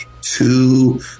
two